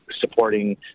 supporting